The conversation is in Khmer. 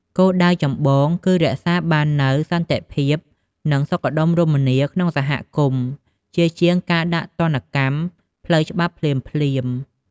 គោលដៅចម្បងគឺរក្សាបាននូវ សន្តិភាព និងសុខដុមរមនា ក្នុងសហគមន៍ ជាជាងការដាក់ទណ្ឌកម្មផ្លូវច្បាប់ភ្លាមៗ។